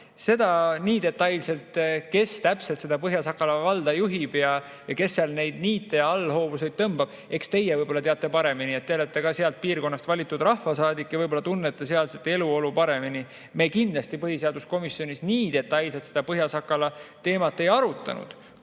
seda nii detailselt, et kes täpselt seda Põhja-Sakala valda juhib ning kes seal neid niite ja allhoovuseid tõmbab, teate teie paremini. Te olete ka sealt piirkonnast valitud rahvasaadik ja võib-olla tunnete sealset eluolu paremini. Me põhiseaduskomisjonis nii detailselt seda Põhja-Sakala teemat ei arutanud.